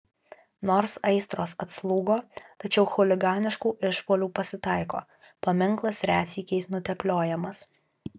nors aistros atslūgo tačiau chuliganiškų išpuolių pasitaiko paminklas retsykiais nutepliojamas